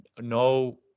no